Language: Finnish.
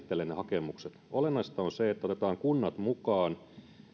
pystymme käsittelemään ne hakemukset olennaista on se että otetaan kunnat mukaan